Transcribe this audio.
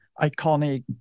iconic